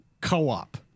co-op